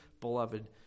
beloved